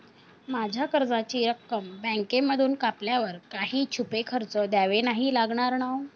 माझ्या कर्जाची रक्कम बँकेमधून कापल्यावर काही छुपे खर्च द्यावे नाही लागणार ना?